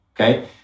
okay